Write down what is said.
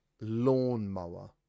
lawnmower